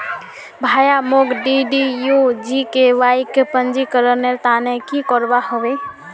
भाया, मोक डीडीयू जीकेवाईर पंजीकरनेर त न की करवा ह बे